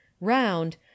round